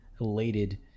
elated